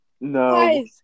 No